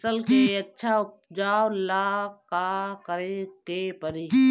फसल के अच्छा उपजाव ला का करे के परी?